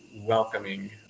welcoming